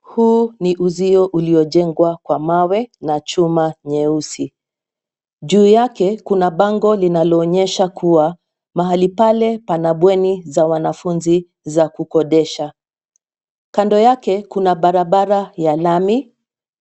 Huu ni uzio uliojengwa kwa mawe na chuma nyeusi. Juu ya kuna bango linaloonyesha kuwa mahali pale pana bweni za wanafunzi za kukodesha. Kando yake kuna barabara ya lami,